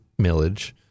millage